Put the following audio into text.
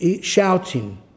Shouting